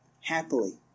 happily